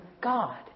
God